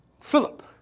Philip